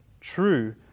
true